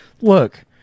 Look